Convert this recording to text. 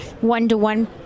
one-to-one